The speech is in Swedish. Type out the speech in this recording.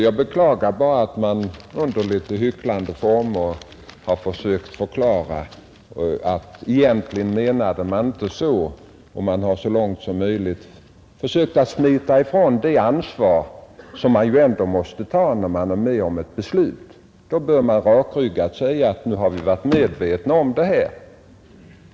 Jag beklagar bara att oppositionen under litet hycklande former försökt förklara att man egentligen inte menade så, och att man försökt smita ifrån det ansvar man ändå måste ta, när man är med om ett beslut. Då bör man rakryggat säga ifrån att vi har varit med om detta.